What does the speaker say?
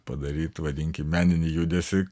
padaryt vadinkie meninį judesį